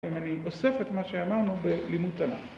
אני אוסף את מה שאמרנו בלימוד תנ"ך